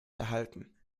erhalten